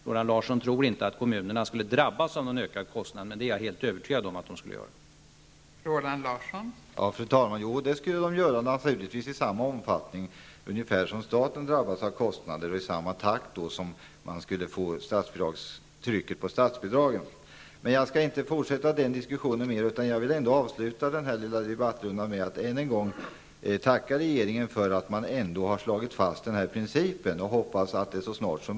Roland Larsson tror inte att kommunerna skulle drabbas av någon ökad kostnad, men jag är helt övertygad om att så skulle bli fallet.